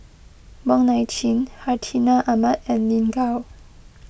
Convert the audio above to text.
Wong Nai Chin Hartinah Ahmad and Lin Gao